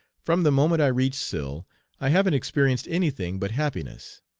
from the moment i reached sill i haven't experienced any thing but happiness.